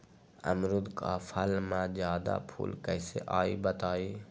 अमरुद क फल म जादा फूल कईसे आई बताई?